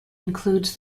includes